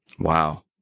Wow